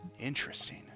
Interesting